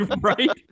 right